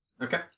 Okay